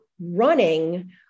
running